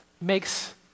makes